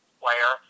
player